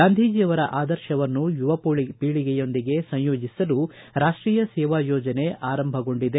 ಗಾಂಧೀಜಿ ಅವರ ಆದರ್ಶವನ್ನು ಯುವಪೀಳಗೆಯೊಂದಿಗೆ ಸಂಯೋಜಿಸಲು ರಾಷ್ಷೀಯ ಸೇವಾ ಯೋಜನೆ ಆರಂಭಗೊಂಡಿದೆ